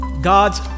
God's